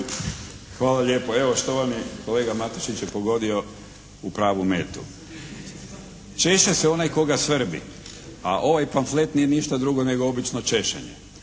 Hvala lijepa. Evo štovani kolega Matušić je pogodio u pravu metu. Češe se onaj koga svrbi, a ovaj pamflet nije ništa drugo nego obično češanje